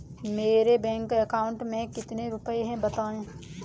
मेरे bank account में कितने रुपए हैं बताएँ?